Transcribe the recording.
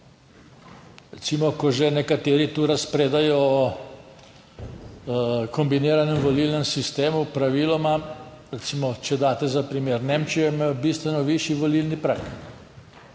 Recimo, ko že nekateri tu razpredajo o kombiniranem volilnem sistemu, praviloma, recimo, če daste za primer Nemčijo, imajo bistveno višji volilni prag,